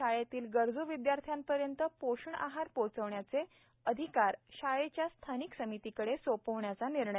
शाळेतील गरज् विदयार्थ्यांपर्यंत पोषण आहार पोचवण्याचे अधिकार शाळेच्या स्थानिक समितीकडे सोपवण्याचा निर्णय